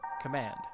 command